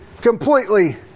completely